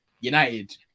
United